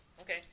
Okay